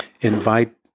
invite